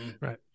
right